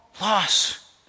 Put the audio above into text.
loss